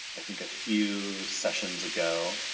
i think a few sessions ago.